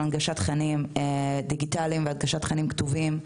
שהוקצו להנגשת תכנים דיגיטליים ולהנגשת תכנים כתובים.